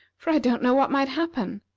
for i don't know what might happen.